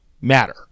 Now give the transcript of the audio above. matter